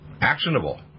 actionable